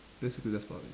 basically that's about it